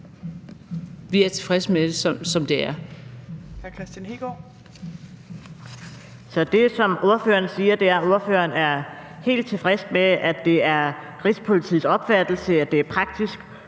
Hr. Kristian Hegaard. Kl. 17:51 Kristian Hegaard (RV): Så det, som ordføreren siger, er, at ordføreren er helt tilfreds med, at det er Rigspolitiets opfattelse, at det er praktisk